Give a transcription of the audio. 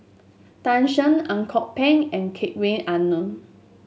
Tan Shen Ang Kok Peng and Hedwig Anuar